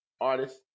artist